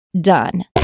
done